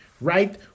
right